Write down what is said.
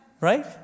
Right